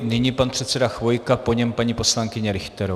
Nyní pan předseda Chvojka, po něm paní poslankyně Richterová.